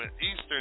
Eastern